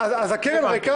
אז הקרן ריקה.